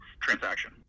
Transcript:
transaction